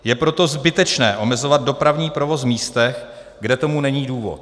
Je proto zbytečné omezovat dopravní provoz v místech, kde k tomu není důvod.